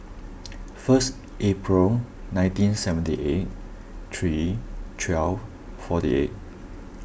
first April nineteen seventy eight three twelve forty eight